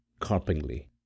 carpingly